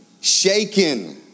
Shaken